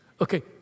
Okay